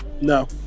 no